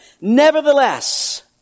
Nevertheless